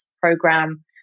program